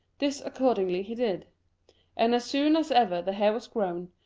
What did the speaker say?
this accordingly he did and as soon as ever the hair was grown,